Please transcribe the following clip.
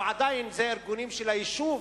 או עדיין אלה ארגונים של היישוב,